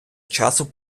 часу